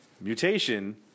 mutation